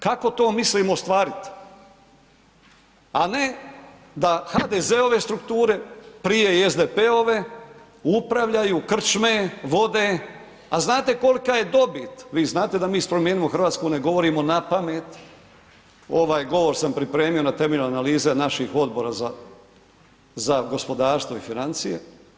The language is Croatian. Kako to mislimo ostvariti, a ne da HDZ-ove strukture prije i SDP-ove upravljaju krčme, vode a znate kolika je dobit, vi znate da mi iz Promijenimo Hrvatsku ne govorimo napamet, ovaj govor sam pripremio na temelju analize naših odbora za gospodarstvo i financije.